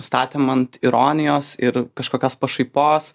statėm ant ironijos ir kažkokios pašaipos